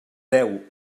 deu